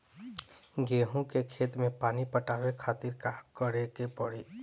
गेहूँ के खेत मे पानी पटावे के खातीर का करे के परी?